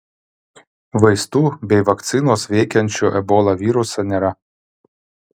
vaistų bei vakcinos veikiančių ebola virusą nėra